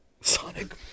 Sonic